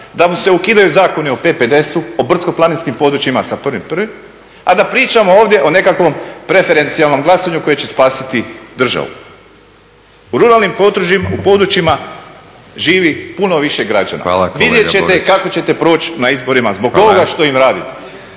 da mu se ukidaju Zakoni o …, o brdsko planinskim područjima sa 01.01., a da pričamo ovdje o nekakvom … glasanju koje će spasiti državu. U ruralnim područjima živi puno više građana. Vidjet ćete kako ćete proći na izborima zbog toga što im radite.